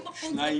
--- 90%.